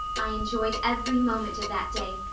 i enjoyed every moment of that day,